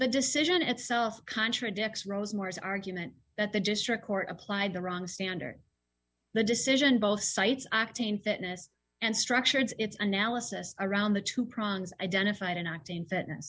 the decision itself contradicts rose moore's argument that the district court applied the wrong standard the decision both sites octane fitness and structure its analysis around the two prongs identified an acting fitness